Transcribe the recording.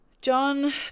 john